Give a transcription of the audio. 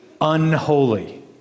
unholy